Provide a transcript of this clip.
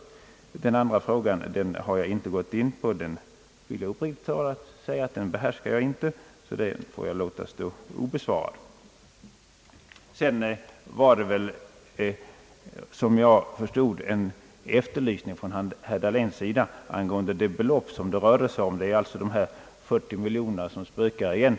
Herr Dahléns andra fråga vill jag inte gå in på. Jag kan uppriktigt säga att jag inte behärskar det området, så den frågan får jag låta stå obesvarad. Efter vad jag förstod efterlyste herr Dahlén även uppgifter om det överförda belopp som det här rör sig om. Det var väl de 40 miljoner kronorna som spökade igen.